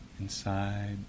inside